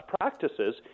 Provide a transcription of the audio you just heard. practices